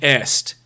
est